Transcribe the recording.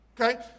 Okay